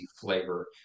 flavor